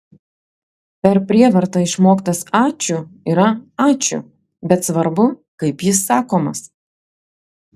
per prievartą išmoktas ačiū yra ačiū bet svarbu kaip jis sakomas